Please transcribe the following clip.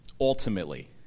Ultimately